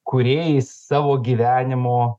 kūrėjais savo gyvenimo